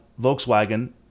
Volkswagen